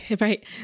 right